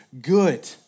good